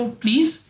please